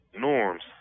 norms